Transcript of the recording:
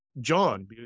John